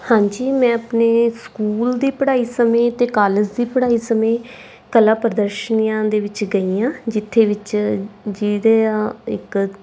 ਹਾਂਜੀ ਮੈਂ ਆਪਣੇ ਸਕੂਲ ਦੀ ਪੜ੍ਹਾਈ ਸਮੇਂ ਅਤੇ ਦੀ ਪੜ੍ਹਾਈ ਸਮੇਂ ਕਲਾ ਪ੍ਰਦਰਸ਼ਨੀਆਂ ਦੇ ਵਿੱਚ ਗਈ ਹਾਂ ਜਿੱਥੇ ਵਿੱਚ ਜਿਹਦੇ ਆ ਇੱਕ